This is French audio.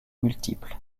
multiples